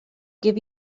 give